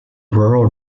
rural